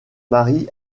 mari